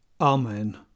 Amen